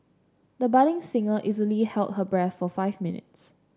the budding singer easily held her breath for five minutes